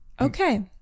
Okay